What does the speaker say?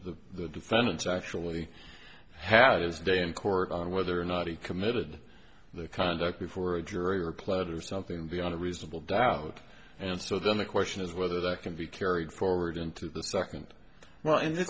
the the defendant actually had his day in court on whether or not he committed the conduct before a jury or pled or something beyond a reasonable doubt and so then the question is whether that can be carried forward into the second well